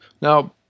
Now